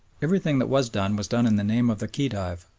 everything that was done was done in the name of the khedive.